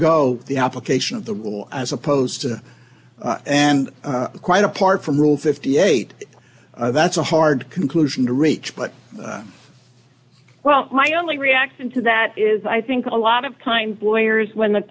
go the application of the law as opposed to and quite apart from rule fifty eight that's a hard conclusion to reach but well my only reaction to that is i think a lot of time lawyers when the